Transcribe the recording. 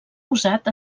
usat